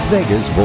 Vegas